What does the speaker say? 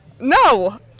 No